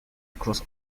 across